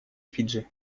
фиджи